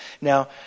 Now